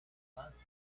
más